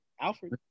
Alfred